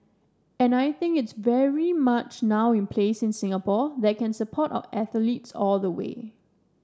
and I think it's very much now in place in Singapore that can support our athletes all the way